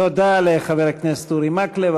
תודה רבה לחבר הכנסת אורי מקלב.